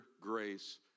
grace